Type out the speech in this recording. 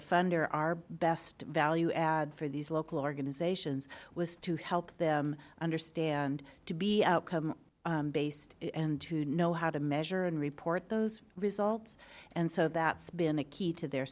a fund or our best value add for these local organizations was to help them understand to be outcome based and to know how to measure and report those results and so that's been the key to their